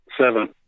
Seven